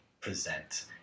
present